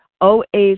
OA's